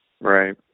right